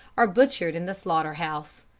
are butchered in the slaughter-house,